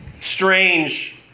strange